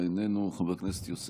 חבר הכנסת יבגני סובה,